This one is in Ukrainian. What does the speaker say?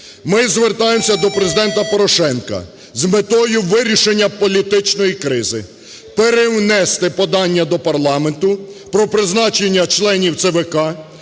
Ми звертаємося до Президента Порошенка, з метою вирішення політичної кризи, перевнести подання до парламенту про призначення членів ЦВК,